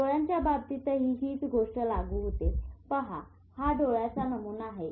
डोळ्यांच्या बाबतीतही हीच गोष्ट लागू होते पहा हा डोळ्याचा नमुना आहे